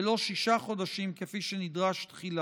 ולא שישה חודשים כפי שנדרש תחילה.